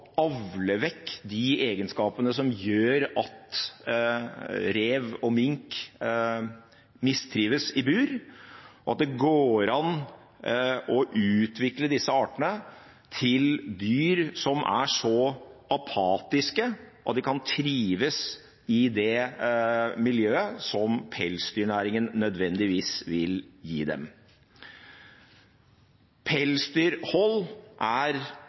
mink mistrives i bur, og at det går an å utvikle disse artene til dyr som er så apatiske at de kan trives i det miljøet som pelsdyrnæringen nødvendigvis vil gi dem. Pelsdyrhold er